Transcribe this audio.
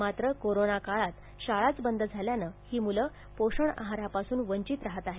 मात्र कोरोना काळात शाळाच बंद झाल्यानं ही मुलं पोषण आहारापासून वंचित राहत आहेत